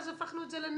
אז הפכנו את זה לנוהל,